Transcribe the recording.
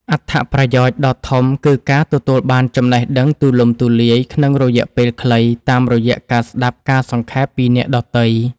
អត្ថប្រយោជន៍ដ៏ធំគឺការទទួលបានចំណេះដឹងទូលំទូលាយក្នុងរយៈពេលខ្លី តាមរយៈការស្ដាប់ការសង្ខេបពីអ្នកដទៃ។